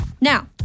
Now